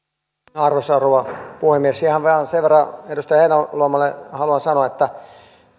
arvoisa rouva puhemies ihan vain sen verran edustaja heinäluomalle haluan sanoa että